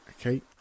Okay